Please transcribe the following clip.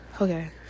Okay